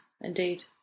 indeed